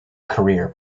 career